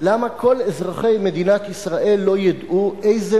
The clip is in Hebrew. למה כל אזרחי מדינת ישראל לא ידעו איזה